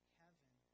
heaven